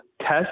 test